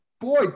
boy